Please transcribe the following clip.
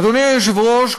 אדוני היושב-ראש,